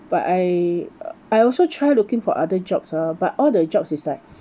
but I err I also try looking for other jobs ah but all the jobs is like